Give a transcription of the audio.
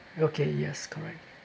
okay yes correct